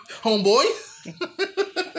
Homeboy